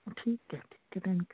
ਠੀਕ ਹੈ ਠੀਕ ਹੈ ਥੈਂਕ ਯੂ